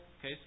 Okay